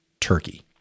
turkey